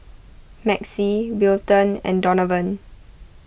Maxie Wilton and Donavan